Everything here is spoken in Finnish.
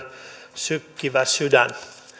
sykkivä sydän